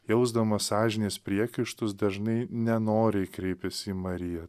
jausdamas sąžinės priekaištus dažnai nenoriai kreipias į mariją